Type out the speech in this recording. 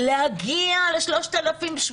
להגיע ל-3,700.